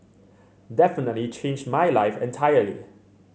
definitely changed my life entirely